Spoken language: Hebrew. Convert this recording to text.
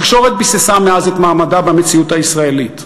התקשורת ביססה מאז את מעמדה במציאות הישראלית.